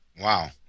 Wow